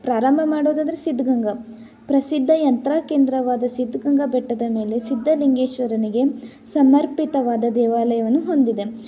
ಪ್ರಾರಂಭ ಮಾಡೊದಾದರೆ ಸಿದ್ಧಗಂಗಾ ಪ್ರಸಿದ್ಧ ಯಾತ್ರಾ ಕೇಂದ್ರವಾದ ಸಿದ್ಧಗಂಗಾ ಬೆಟ್ಟದ ಮೇಲೆ ಸಿದ್ಧಲಿಂಗೇಶ್ವರನಿಗೆ ಸಮರ್ಪಿತವಾದ ದೇವಾಲಯವನ್ನು ಹೊಂದಿದೆ